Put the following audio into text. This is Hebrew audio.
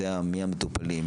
יודע מי המטופלים,